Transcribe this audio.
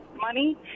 money